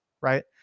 right